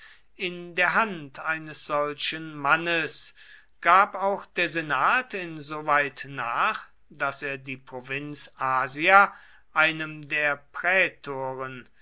in der hand eines solchen mannes gab auch der senat insoweit nach daß er die provinz asia einem der prätoren